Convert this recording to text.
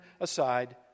aside